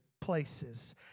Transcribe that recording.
places